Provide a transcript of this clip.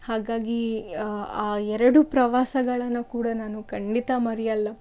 ಹಾಗಾಗಿ ಆ ಆ ಎರಡು ಪ್ರವಾಸಗಳನ್ನ ಕೂಡ ನಾನು ಖಂಡಿತ ಮರೆಯೋಲ್ಲ